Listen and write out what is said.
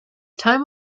time